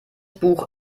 buch